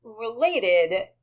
related